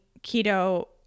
keto